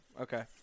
okay